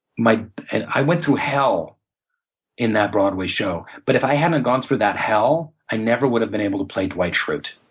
and i went through hell in that broadway show, but if i hadn't gone through that hell, i never would have been able to play dwight shrute.